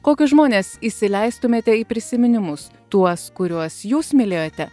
kokius žmones įsileistumėte į prisiminimus tuos kuriuos jūs mylėjote